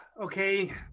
Okay